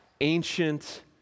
ancient